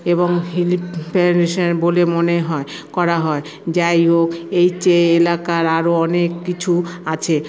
এবং বলে মনে হয় করা হয় যাই হোক এই চেয়ে এলাকার আরও অনেক কিছু আছে